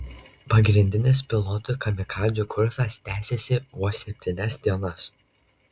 pagrindinis pilotų kamikadzių kursas tęsėsi vos septynias dienas